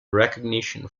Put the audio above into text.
recognition